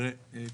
תראה,